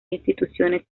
instituciones